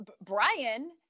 Brian